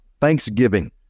thanksgiving